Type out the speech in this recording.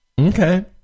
Okay